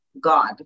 God